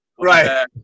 Right